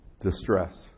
distress